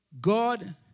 God